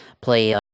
play